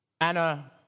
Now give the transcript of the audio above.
Anna